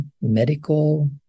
medical